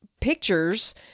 pictures